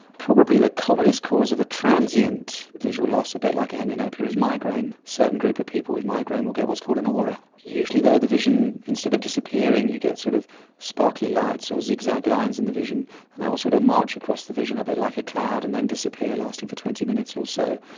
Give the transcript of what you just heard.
probably the commonest cause of a transient visual loss, a bit like a hemianopia, is migraine certain group of people with migraine will get what's called an aura. usually though the vision, instead of disappearing you get sort of sparkly lights or zigzag lines in the vision and that will sort of march across the vision a bit like a cloud and then disappear, lasting for twenty minutes or so.